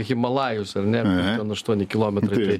himalajus ar ne ten aštuoni kilometrai